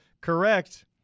correct –